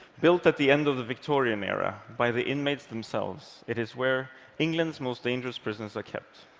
built at the end of the victorian era by the inmates themselves, it is where england's most dangerous prisoners are kept.